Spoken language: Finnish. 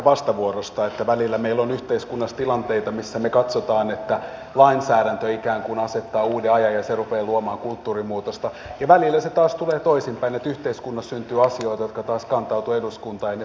välillä meillä on yhteiskunnassa tilanteita missä me katsomme että lainsäädäntö ikään kuin asettaa uuden ajan ja se rupeaa luomaan kulttuurinmuutosta ja välillä se taas tulee toisinpäin että yhteiskunnassa syntyy asioita jotka taas kantautuvat eduskuntaan ja ne synnyttävät päätöksiä